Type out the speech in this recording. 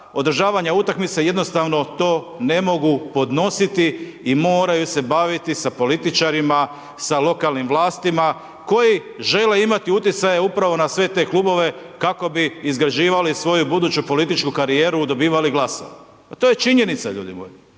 održavanje utakmice, jednostavno to ne mogu podnositi i moraju se baviti sa političarima, sa lokalnim vlastima, koji žele imati utjecaje upravo na sve te klubove kako bi izgrađivali svoju političku karijeru i dobivali glasove. Pa je činjenica ljudi moji,